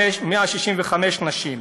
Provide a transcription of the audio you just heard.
165 נשים.